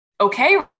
okay